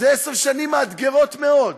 אלה עשר שנים מאתגרות מאוד.